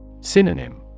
Synonym